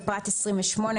בפרט 28,